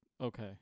Okay